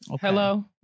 Hello